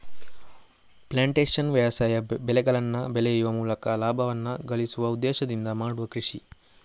plantation ವ್ಯವಸಾಯ ಬೆಳೆಗಳನ್ನ ಬೆಳೆಯುವ ಮೂಲಕ ಲಾಭವನ್ನ ಗಳಿಸುವ ಉದ್ದೇಶದಿಂದ ಮಾಡುವ ಕೃಷಿ